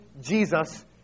jesus